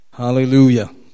Hallelujah